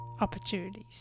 opportunities